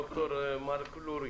ד"ר מרק לוריא.